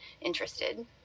interested